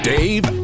Dave